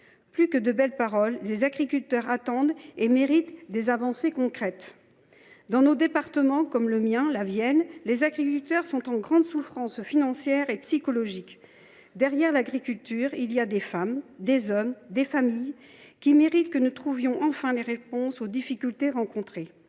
Plus que des belles paroles, les agriculteurs attendent et méritent des avancées concrètes. Dans nos départements, et notamment le mien, la Vienne, les agriculteurs sont en grande souffrance financière et psychologique. Derrière l’agriculture, il y a des femmes, des hommes, des familles qui méritent que nous trouvions enfin les réponses aux difficultés rencontrées,